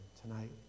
tonight